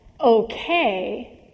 okay